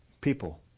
People